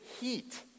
heat